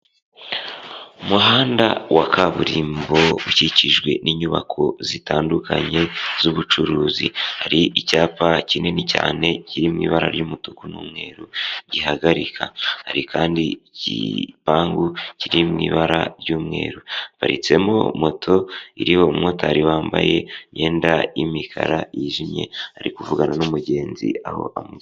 Umuhanda wa kaburimbo ukikijwe n'inyubako zitandukanye z'ubucuruzi, hari icyapa kinini cyane kiri mu ibara ry'umutuku n'umweru gihagarika, hari kandi igipangu kiri mu ibara ry'umweru haparitsemo moto iriho umumotari wambaye imyenda y'imikara yijimye, ari kuvugana n'umugenzi aho amu.